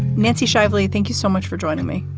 nancy shively, thank you so much for joining me.